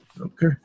Okay